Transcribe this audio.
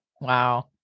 wow